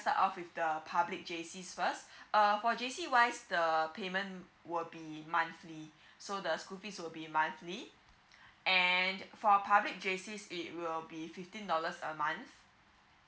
start of with the public J_C first err for J_C wise the payment will be monthly so the school fees will be monthly and for public J_C it will be fifteen dollars a month